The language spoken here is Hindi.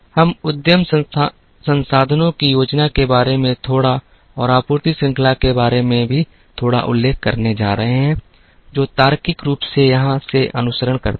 हम उद्यम संसाधनों की योजना के बारे में थोड़ा और आपूर्ति श्रृंखला प्रबंधन के बारे में भी थोड़ा उल्लेख करने जा रहे हैं जो तार्किक रूप से यहां से अनुसरण करता है